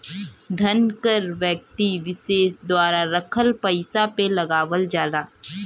धन कर व्यक्ति विसेस द्वारा रखल पइसा पे लगावल जाला